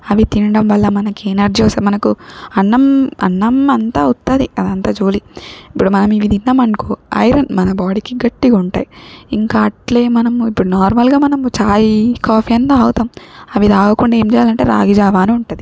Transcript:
అవి తినడం వల్ల మనకి ఎనర్జీ వస్తుంది మనకు అన్నం అన్నం అంతా ఉత్తది అదంతా జోలీ ఇప్పుడు మనం ఇవి తిన్నాం అనుకో ఐరన్ మన బాడీకి గట్టిగా ఉంటాయి ఇంక అట్లే మనము ఇప్పుడు నార్మల్గా మనము ఛాయ్ కాఫీ అన్ తాగుతాం అవి తాగకుండా ఏం చేయాలంటే రాగి జావ అనుంటది